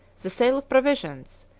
the sale of provisions,